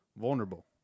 Vulnerable